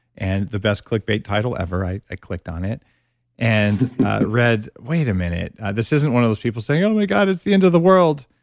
and the best clickbait title ever. i i clicked on it and read, wait a minute, this isn't one of those people saying, oh my god, it's the end of the world.